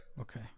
Okay